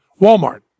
Walmart